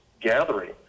gathering